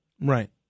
right